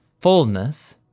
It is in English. fullness